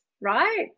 right